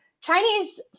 Chinese